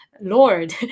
lord